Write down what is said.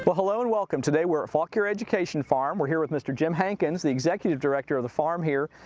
but hello, and welcome. today, we're at fauquier education farm. we're here with mr. jim hankins, the executive director of the farm here.